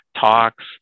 talks